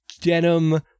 denim